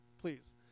please